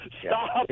stop